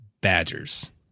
badgers